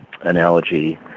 analogy